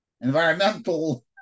environmental